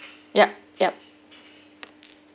yup yup